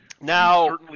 Now